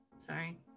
Sorry